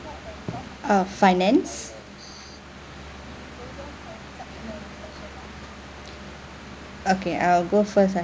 uh finance okay I will go first ah